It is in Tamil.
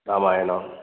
ராமாயணம்